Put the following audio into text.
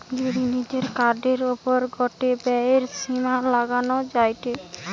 যদি নিজের কার্ডের ওপর গটে ব্যয়ের সীমা লাগানো যায়টে